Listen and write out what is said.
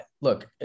look